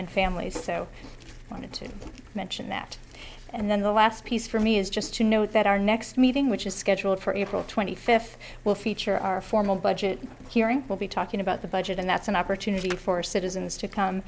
and families so i wanted to mention that and then the last piece for me is just to note that our next meeting which is scheduled for april twenty fifth will feature our formal budget hearing we'll be talking about the budget and that's an opportunity for citizens to come